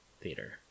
theater